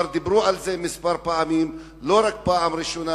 דיברו על זה כבר כמה פעמים, זאת לא הפעם הראשונה.